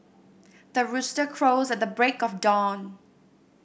the rooster crows at the break of dawn